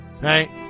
right